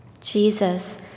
Jesus